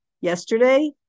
yesterday